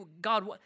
God